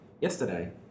yesterday